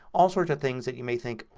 all sorts of things that you may think